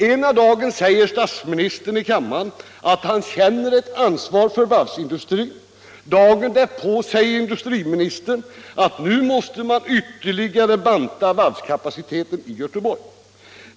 Ena dagen säger statsministern i kammaren att han känner ett ansvar för varvsindustrin — dagen därpå säger industriministern att nu måste man ytterligare banta varvskapaciteten i Göteborg.